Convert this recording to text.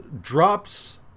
drops